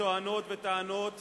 בתואנות, בטענות